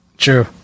True